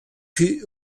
puis